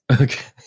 Okay